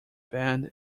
band